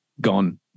gone